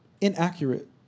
inaccurate